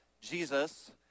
Jesus